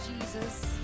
Jesus